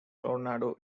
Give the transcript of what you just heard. tornado